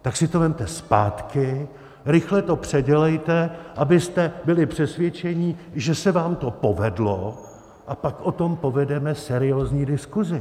Tak si to vezměte zpátky, rychle to předělejte, abyste byli přesvědčení, že se vám to povedlo, a pak o tom povedeme seriózní diskuzi.